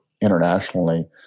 internationally